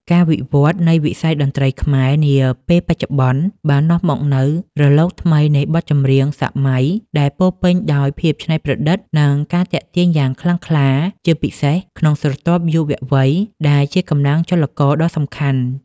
ការវិវត្តនៃវិស័យតន្ត្រីខ្មែរនាពេលបច្ចុប្បន្ន បាននាំមកនូវរលកថ្មីនៃបទចម្រៀងសម័យដែលពោរពេញដោយភាពច្នៃប្រឌិត និងការទាក់ទាញយ៉ាងខ្លាំងក្លា ជាពិសេសក្នុងស្រទាប់យុវវ័យដែលជាកម្លាំងចលករដ៏សំខាន់។